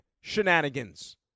shenanigans